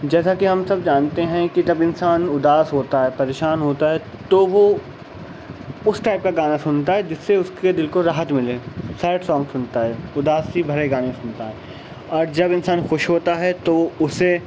جیسا کہ ہم سب جانتے ہیں کہ جب انسان اداس ہوتا ہے پریشان ہوتا ہے تو وہ اس ٹائپ کا گانا سنتا ہے جس سے اس کے دل کو راحت ملے سیڈ سونگ سنتا ہے اداسی بھرے گانے سنتا ہے اور جب انسان خوش ہوتا ہے تو وہ اس سے